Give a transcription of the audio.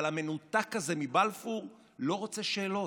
אבל המנותק הזה מבלפור לא רוצה שאלות.